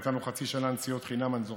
נתנו חצי שנה נסיעות חינם, אני זוכר,